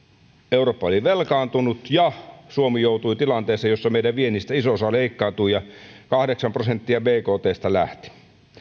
eurooppa oli velkaantunut ja suomi joutui tilanteeseen jossa meidän viennistä iso osa leikkaantui ja kahdeksan prosenttia bktsta lähti